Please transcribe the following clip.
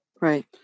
Right